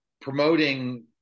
promoting